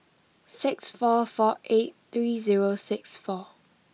six four four eight three zero six four